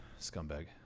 Scumbag